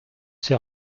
ces